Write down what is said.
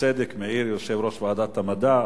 בצדק מעיר יושב-ראש ועדת המדע.